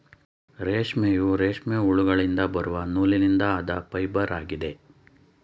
ರೇಷ್ಮೆಯು, ರೇಷ್ಮೆ ಹುಳುಗಳಿಂದ ಬರುವ ನೂಲಿನಿಂದ ಆದ ಫೈಬರ್ ಆಗಿದೆ